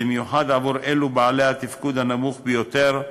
במיוחד עבור אלה בעלי התפקוד הנמוך ביותר,